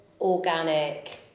organic